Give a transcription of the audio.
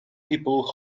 people